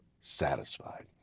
satisfied